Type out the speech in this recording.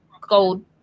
gold